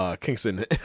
Kingston